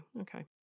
okay